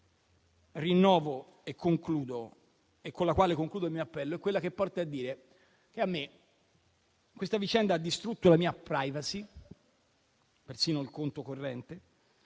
- ed è la ragione con la quale concludo il mio appello - è quella che porta a dire che questa vicenda ha distrutto la mia *privacy*, persino il conto corrente,